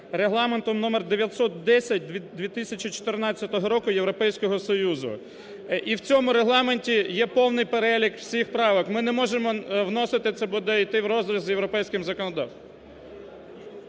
Регламентом номер 910 2014 року Європейського Союзу. І в цьому Регламенті є повний перелік всіх правок. Ми не можемо вносити, це буде йти в розріз з європейським законодавством.